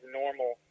normal